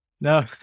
No